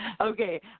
Okay